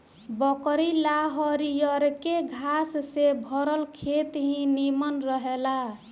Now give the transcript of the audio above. बकरी ला हरियरके घास से भरल खेत ही निमन रहेला